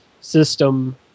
system